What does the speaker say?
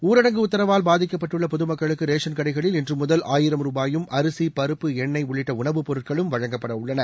ஊரடங்கு உத்தரவால் பாதிக்கப்பட்டுள்ள பொதுமக்களுக்கு ரேஷன் கடைகளில் இன்று முதல் ஆயிரம் ரூபாயும் அரிசி பருப்பு எண்ணெய் உள்ளிட்ட உணவுப் பொருட்களும் வழங்கப்பட உள்ளன